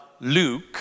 Luke